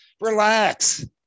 relax